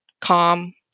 calm